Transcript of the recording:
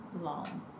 long